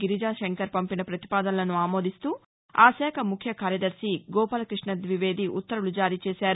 గిరిజాశంకర్ పంపిన పతిపాదనలసు ఆమోదిస్తూ ఆ శాఖ ముఖ్య కార్యదర్శి గోపాలకృష్ణ ద్వివేది ఉత్తర్వులు జారీచేశారు